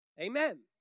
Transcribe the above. Amen